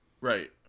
Right